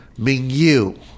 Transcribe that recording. Mingyu